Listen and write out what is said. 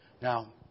Now